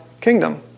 kingdom